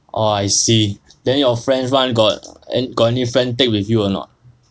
orh I see then your friends [one] got got any friend take with you or not